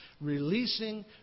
releasing